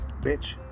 bitch